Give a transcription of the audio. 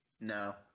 No